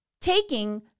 taking